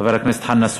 חבר הכנסת חנא סוייד,